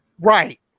Right